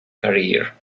career